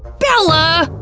bella